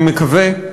אני מקווה,